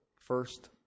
first